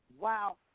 Wow